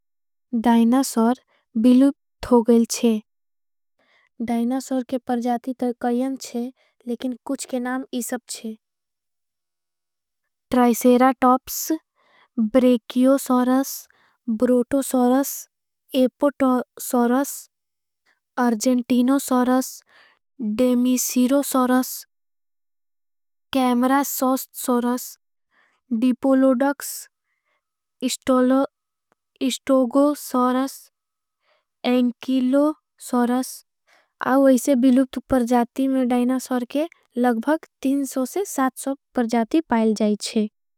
डाइनासोर बिलूप थोगल है डाइनासोर के परजाती तरकायन। थे लेकिन कुछ के नाम इस अब थे triceratops brachiosaurus brontosaurus apatosaurus argentinosaurus डेमी। सीरो सोरस camarasaurus diplodocus stegosaurus ankylosaurus आओ ऐसे बिलूपत परजाती में। डाइनासोर के लगबग परजाती पायल जाएच्छे।